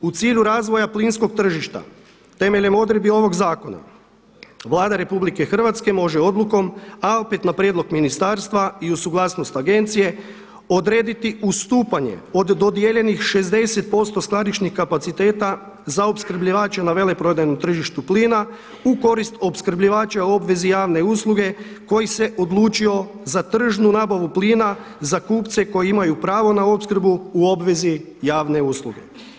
U cilju razvoja plinskog tržišta temeljem odredbi ovog zakona, Vlada RH može odlukom a opet na prijedlog ministarstva i uz suglasnost agencije odrediti ustupanje od dodijeljenih 60% skladišnih kapaciteta za opskrbljivače na veleprodajnu tržištu plina u korist opskrbljivača u obvezi javne usluge koji se odlučio za tržnu nabavu plina za kupce koji imaju pravo na opskrbu u obvezi javne usluge.